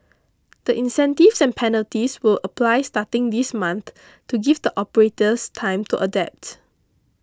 the incentives and penalties will apply starting this month to give the operators time to adapt